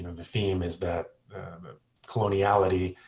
the theme is that coloniality